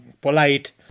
polite